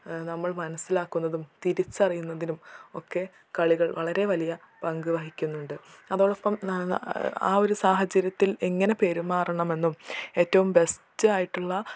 നമ്മൾ മനസ്സിലാക്കുന്നതും തിരിച്ചറിയുന്നതിനും ഒക്കെ കളികൾ വളരെ വലിയ പങ്ക് വഹിക്കുന്നുണ്ട് അതോടൊപ്പം ആ ഒരു സാഹചര്യത്തിൽ എങ്ങനെ പെരുമാറണം എന്നും ഏറ്റവും ബെസ്റ്റായിട്ടുള്ള